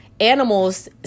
animals